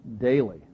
daily